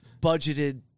budgeted